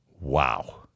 Wow